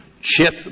CHIP